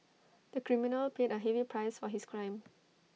the criminal paid A heavy price for his crime